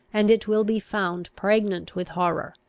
and it will be found pregnant with horror,